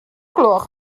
gloch